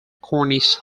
cornish